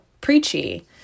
preachy